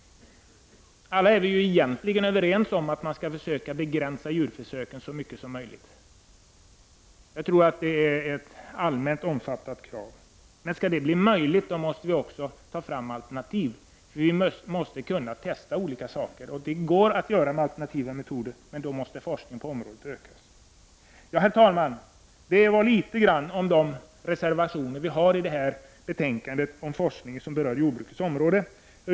Vi är egentligen alla överens om att man skall försöka begränsa djurförsöken så mycket som möjligt. Jag tror att detta är ett allmänt omfattat krav. Men skall detta bli möjligt att genomföra måste vi också ta fram alternativ. Vi måste kunna testa olika saker, och det går att göra med alternativa metoder. Men då måste forskningen på området ökas. Herr talman! Detta var något om de reservationer som centerpartiet har avgivit till betänkandet om forskningen på jordbrukets område.